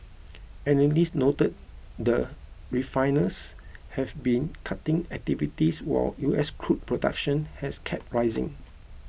analysts noted that refiners have been cutting activity while U S crude production has kept rising